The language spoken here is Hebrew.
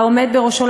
לעומד בראשו,